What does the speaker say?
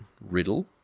riddle